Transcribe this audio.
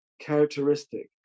characteristic